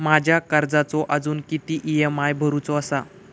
माझ्या कर्जाचो अजून किती ई.एम.आय भरूचो असा?